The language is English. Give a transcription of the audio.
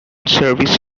service